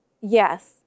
Yes